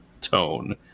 tone